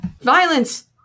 Violence